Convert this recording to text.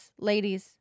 ladies